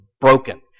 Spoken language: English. broken